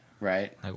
right